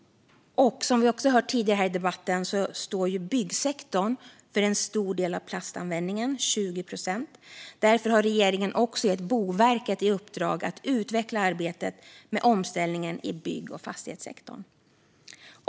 Som vi hört tidigare i debatten står byggsektorn för en stor del av plastanvändningen - 20 procent. Därför har regeringen gett Boverket i uppdrag att utveckla arbetet med omställningen i bygg och fastighetssektorn.